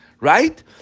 right